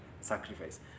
sacrifice